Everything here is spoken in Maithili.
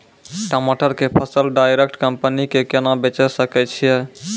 टमाटर के फसल डायरेक्ट कंपनी के केना बेचे सकय छियै?